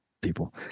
people